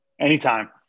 Anytime